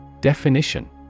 Definition